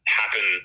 happen